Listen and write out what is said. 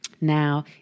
Now